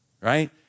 right